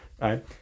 right